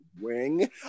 wing